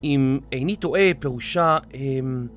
אם איני טועה, פירושה, אהמ...